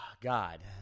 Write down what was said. God